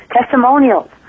testimonials